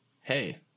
hey